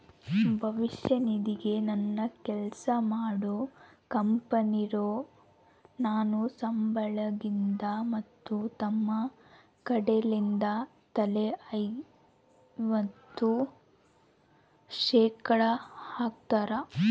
ಭವಿಷ್ಯ ನಿಧಿಗೆ ನಾನು ಕೆಲ್ಸ ಮಾಡೊ ಕಂಪನೊರು ನನ್ನ ಸಂಬಳಗಿಂದ ಮತ್ತು ತಮ್ಮ ಕಡೆಲಿಂದ ತಲಾ ಐವತ್ತು ಶೇಖಡಾ ಹಾಕ್ತಾರ